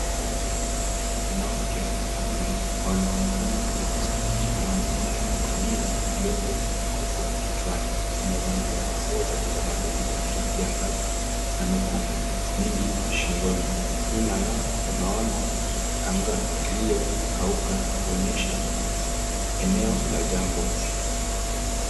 Wanawake wanne wanaonekana wakisafirisha maji kutumia vyombo vikubwa kichwani. Wamevalia nguo za kitamaduni zenye rangi ya ngavu na mikufu mingi shingoni. Nyuma yao tunaona anga iliyokauka kuonyesha eneo la jangwa.